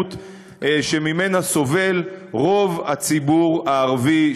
האלימות שממנה סובל רוב הציבור הערבי,